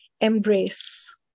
embrace